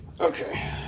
Okay